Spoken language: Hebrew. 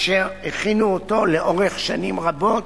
אשר הכינו אותו לאורך שנים רבות.